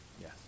Yes